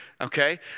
Okay